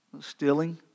stealing